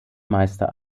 meister